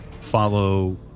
follow